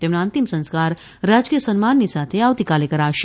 તેમના અંતિમ સંસ્કાર રાજકીય સન્માનની સાથે આવતીકાલે કરાશે